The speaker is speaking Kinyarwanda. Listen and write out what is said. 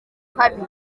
kabiri